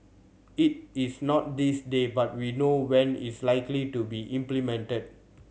it is not this day but we know when it's likely to be implemented